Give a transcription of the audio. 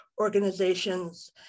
organizations